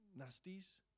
nasties